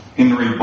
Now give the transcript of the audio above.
Henry